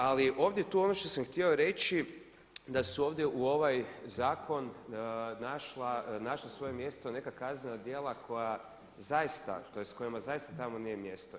Ali ovdje tu ono što sam htio reći da su ovdje u ovaj zakon našla svoje mjesto neka kaznena djela koja zaista tj. kojima zaista tamo nije mjesto.